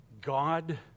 God